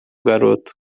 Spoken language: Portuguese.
garoto